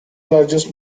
largest